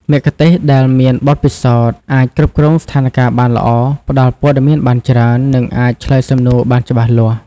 មគ្គុទ្ទេសក៍ដែលមានបទពិសោធន៍អាច គ្រប់គ្រងស្ថានការណ៍បានល្អ ផ្តល់ព័ត៌មានបានច្រើន និងអាចឆ្លើយសំណួរបានច្បាស់លាស់។